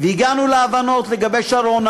והגענו להבנות לגבי שרונה,